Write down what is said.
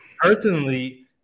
Personally